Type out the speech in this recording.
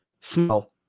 Smell